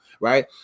right